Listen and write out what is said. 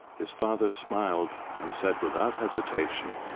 his father smiled and said without hesitation,